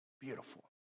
Beautiful